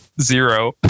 zero